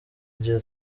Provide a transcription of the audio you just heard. gihe